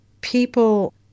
People